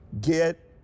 get